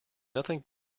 nothing